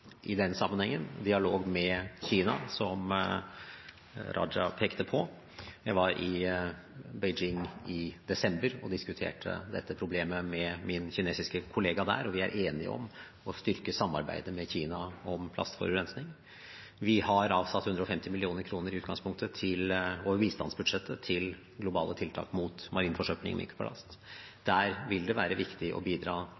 dialog med Kina, som Raja pekte på. Jeg var i Beijing i desember og diskuterte dette problemet med min kinesiske kollega, og vi er enige om å styrke samarbeidet med Kina om plastforurensning. Vi har i utgangspunktet avsatt 150 mill. kr over bistandsbudsjettet til globale tiltak mot marin forsøpling og mikroplast. Der vil det være viktig å bidra